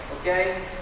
okay